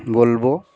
বলব